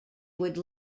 would